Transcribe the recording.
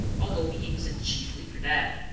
although we use it chiefly for that.